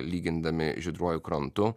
lygindami žydruoju krantu